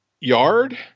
yard